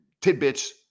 tidbits